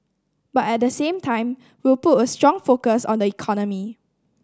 but at the same time we'll put a strong focus on the economy